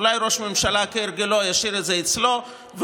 אולי ראש ממשלה כהרגלו ישאיר את זה אצלו,